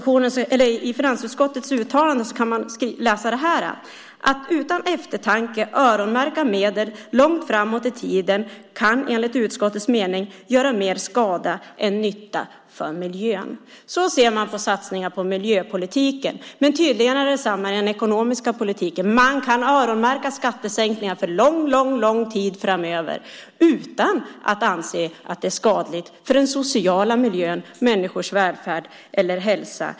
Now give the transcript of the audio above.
I finansutskottets uttalande kan man läsa detta: "Att utan eftertanke öronmärka medel långt framåt i tiden kan enligt utskottets mening göra mer skada än nytta för miljön." Så ser man på satsningar på miljöpolitiken, men det är tydligen inte detsamma i den ekonomiska politiken. Där kan man öronmärka skattesänkningar för lång, lång tid framöver utan att anse att det är skadligt för den sociala miljön, människors välfärd eller hälsa.